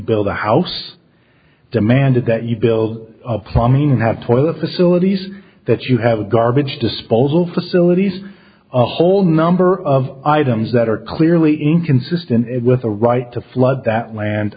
build a house demanded that you build plumbing and have toilet facilities that you have a garbage disposal facilities a whole number of items that are clearly inconsistent with a right to flood that land